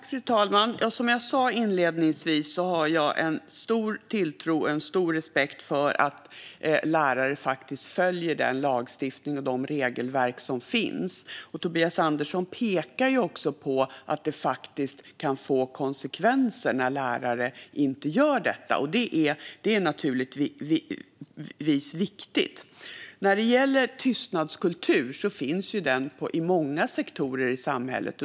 Fru talman! Som jag sa inledningsvis har jag stor tilltro till och stor respekt för att lärare faktiskt följer den lagstiftning och de regelverk som finns. Tobias Andersson pekar också på att det faktiskt kan få konsekvenser om lärare inte gör detta, och det är naturligtvis viktigt. När det gäller tystnadskultur finns ju den i många sektorer i samhället.